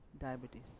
diabetes